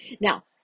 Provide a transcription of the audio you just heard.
Now